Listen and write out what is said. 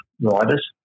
riders